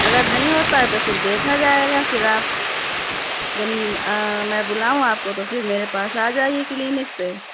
اگر نہیں ہوتا ہے تو پھر دیکھا جائے گا پھر آپ جب میں بلاؤں آپ کو تو پھر میرے پاس آ جائیے کلینک پہ